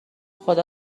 خدا